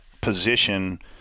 position